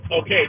Okay